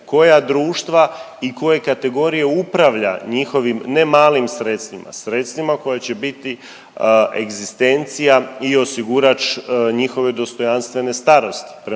koja društva i koje kategorije upravlja njihovim ne malim sredstvima, sredstvima koja će biti egzistencija i osigurač njihove dostojanstvene starosti.